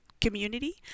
community